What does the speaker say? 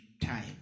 time